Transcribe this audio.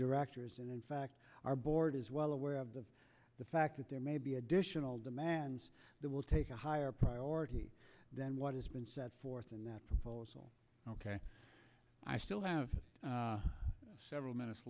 directors and in fact our board is well aware of the the fact that there may be additional demands that will take a higher priority than what has been set forth in that proposal ok i still have several minutes